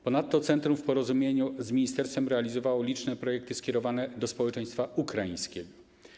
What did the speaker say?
Ponadto centrum w porozumieniu z ministerstwem realizowało liczne projekty skierowane do społeczeństwa ukraińskiego.